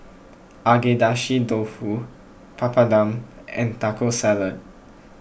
Agedashi Dofu Papadum and Taco Salad